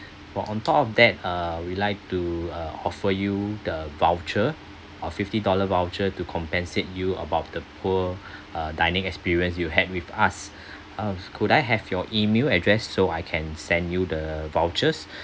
for on top of that uh we like to uh offer you the voucher a fifty dollar voucher to compensate you about the poor uh dining experience you had with us uh could I have your email address so I can send you the vouchers